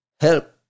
help